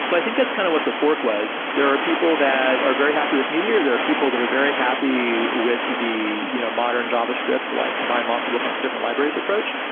so i think that's kind of what the fork was. there are people that are very happy with meteor. there are people that are very happy with the you know modern javascript, like combine lots of different different libraries approach.